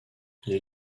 les